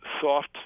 soft